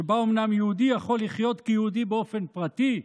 שבה אומנם יהודי יכול לחיות כיהודי באופן פרטי,